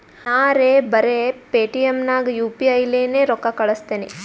ನಾರೇ ಬರೆ ಪೇಟಿಎಂ ನಾಗ್ ಯು ಪಿ ಐ ಲೇನೆ ರೊಕ್ಕಾ ಕಳುಸ್ತನಿ